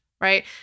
right